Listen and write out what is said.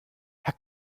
herr